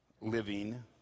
living